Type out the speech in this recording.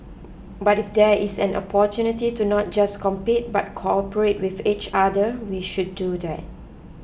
but if there is an opportunity to not just compete but cooperate with each other we should do that